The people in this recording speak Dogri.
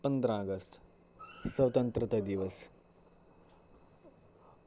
पंदरा अगस्त स्वतंत्रता दिवस